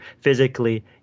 physically